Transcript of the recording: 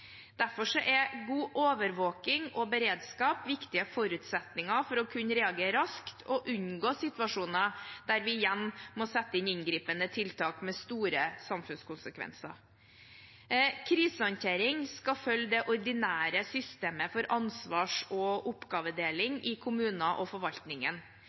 er god overvåking og beredskap viktige forutsetninger for å kunne reagere raskt og unngå situasjoner der vi igjen må sette inn inngripende tiltak med store samfunnskonsekvenser. Krisehåndtering skal følge det ordinære systemet for ansvars- og oppgavefordeling i kommuner og forvaltningen.